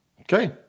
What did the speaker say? Okay